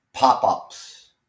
pop-ups